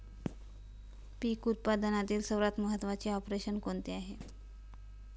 पीक उत्पादनातील सर्वात महत्त्वाचे ऑपरेशन कोणते आहे?